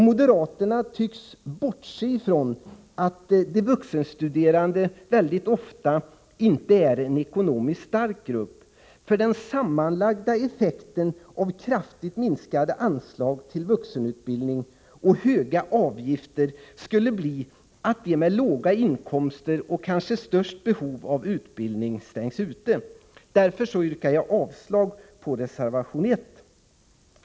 Moderaterna tycks bortse från att de vuxenstuderande ofta inte är en ekonomiskt stark grupp. Den sammanlagda effekten av kraftigt minskade anslag till vuxenutbildningen och höga avgifter skulle bli att de med låga inkomster och kanske störst behov av utbildning stängs ute. Därför yrkar jag avslag på reservation nr 1.